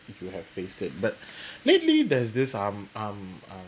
if you have faced it but lately there's this um um um